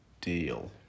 deal